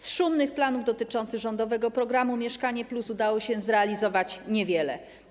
Z szumnych planów dotyczących rządowego programu „Mieszkanie+” udało się zrealizować niewiele.